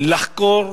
לחקור.